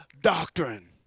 doctrine